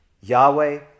Yahweh